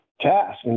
task